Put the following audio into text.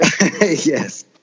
Yes